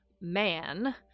man